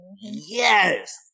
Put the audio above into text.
Yes